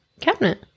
cabinet